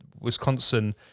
Wisconsin